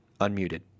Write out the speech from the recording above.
Unmuted